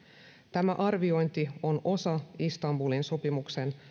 tämä arviointi on osa istanbulin sopimuksen